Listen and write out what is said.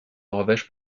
norvège